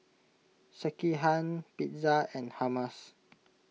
Sekihan Pizza and Hummus